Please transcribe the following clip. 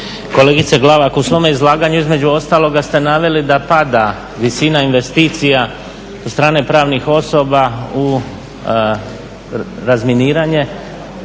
Kolegice Glavak, u svome izlaganju između ostaloga ste naveli da pada visina investicija od strane pravnih osoba u razminiranje,